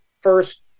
first